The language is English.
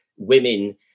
women